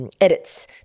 Edits